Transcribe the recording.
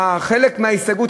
חלק מההסתייגות,